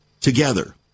together